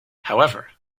however